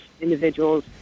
individuals